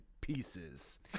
pieces